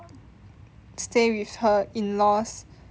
stay with her in-laws